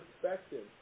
perspective